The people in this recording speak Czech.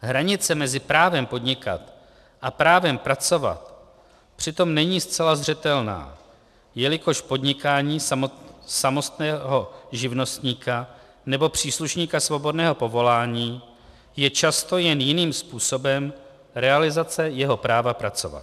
Hranice mezi právem podnikat a právem pracovat přitom není zcela zřetelná, jelikož podnikání samostatného živnostníka nebo příslušníka svobodného povolání je často jen jiným způsobem realizace jeho práva pracovat.